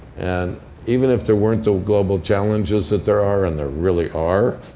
and even if there weren't the global challenges that there are and there really are